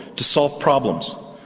to solve problems,